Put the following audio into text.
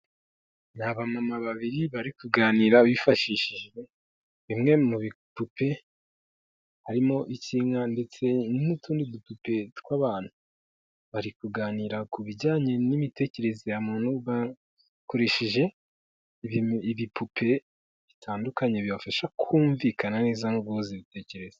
Ni abamama babiri bari kuganira bifashishije bimwe mu bipupe, harimo icy'inka ndetse n'utundi dupupe tw'abantu, bari kuganira ku bijyanye n'imitekerereze ya muntu bakoresheje ibipupe bitandukanye bibafasha kumvikana neza no guhuza ibitekereza.